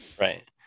Right